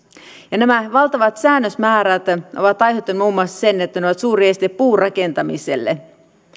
nämä valtavat säännösmäärät ovat aiheuttaneet muun muassa sen että ne ovat suuri este puurakentamiselle